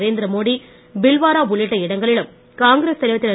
நரேந்திர மோடி பில்வாரா உள்ளிட்ட இடங்களிலும் காங்கிரஸ் தலைவர் திரு